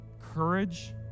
courage